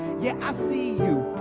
yeah! i see you,